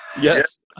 Yes